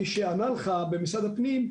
מי שענה לך במשרד הפנים,